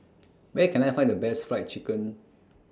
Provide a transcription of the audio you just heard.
Where Can I Find The Best Fried Chicken